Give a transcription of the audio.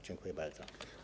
Dziękuję bardzo.